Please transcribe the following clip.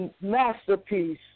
Masterpiece